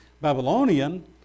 Babylonian